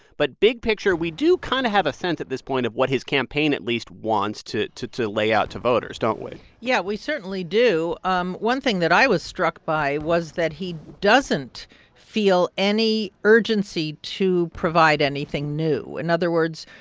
but big picture, we do kind of have a sense at this point of what his campaign, at least, wants to to lay out to voters, don't we? yeah, we certainly do. um one thing that i was struck by was that he doesn't feel any urgency to provide anything new. in other words,